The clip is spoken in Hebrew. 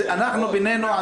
אנחנו, בינינו.